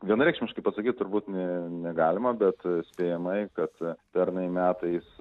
vienareikšmiškai pasakyt turbūt ne negalima bet spėjamai kad pernai metais